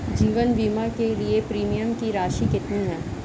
जीवन बीमा के लिए प्रीमियम की राशि कितनी है?